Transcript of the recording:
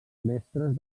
mestres